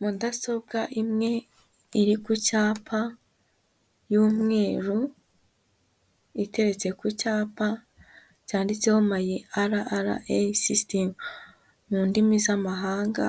Mudasobwa imwe iri ku cyapa y'umweru iteretse ku cyapa cyanditseho MY RRA sisitimu mu ndimi z'amahanga